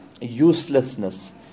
uselessness